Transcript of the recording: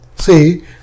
See